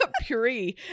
Puree